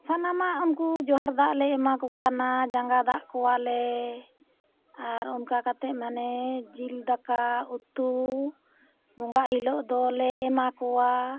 ᱥᱟᱱᱟᱢᱟᱜ ᱩᱱᱠᱩ ᱡᱚᱦᱟᱨ ᱫᱟᱜ ᱞᱮ ᱮᱢᱟ ᱠᱚ ᱠᱟᱱᱟ ᱡᱟᱸᱜᱟ ᱫᱟᱜ ᱠᱚᱣᱟᱞᱮ ᱟᱨ ᱚᱱᱠᱟ ᱠᱟᱛᱮᱫ ᱢᱟᱱᱮ ᱡᱤᱞ ᱫᱟᱠᱟᱼᱩᱛᱩ ᱵᱚᱸᱜᱟᱜ ᱦᱤᱞᱳᱜ ᱫᱚᱞᱮ ᱮᱢᱟ ᱠᱚᱣᱟ